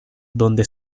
donde